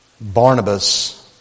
Barnabas